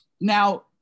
Now